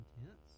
intense